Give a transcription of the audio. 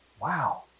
wow